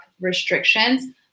restrictions